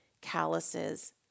calluses